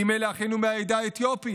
ואם אלה אחינו מהעדה האתיופית,